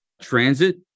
transit